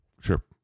Sure